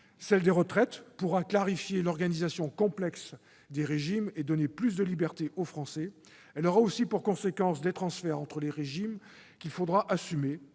Celle des retraites pourra clarifier l'organisation complexe des régimes et donner plus de liberté aux Français. Elle aura aussi pour conséquence des transferts entre les régimes qu'il faudra assumer